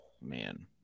Man